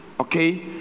Okay